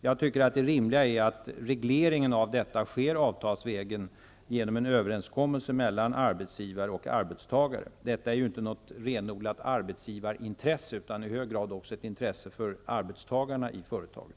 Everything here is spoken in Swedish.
Jag tycker att det är rimligt att reglering av detta sker avtalsvägen genom en överenskommelse mellan arbetsgivare och arbetstagare. Det är inte något renodlat arbetsgivarintresse, utan i hög grad också ett intresse för arbetstagarna i företaget.